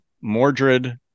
Mordred